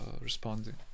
responding